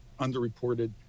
underreported